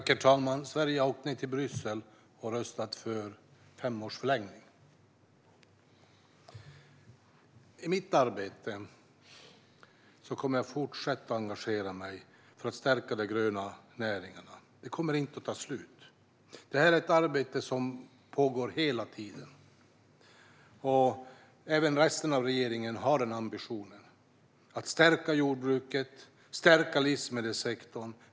Herr talman! Sverige har åkt ned till Bryssel och röstat för fem års förlängning. I mitt arbete kommer jag att fortsätta att engagera mig för att stärka de gröna näringarna. Det kommer inte att ta slut. Det är ett arbete som pågår hela tiden. Även resten av regeringen har ambitionen att stärka jordbruket och att stärka livsmedelssektorn.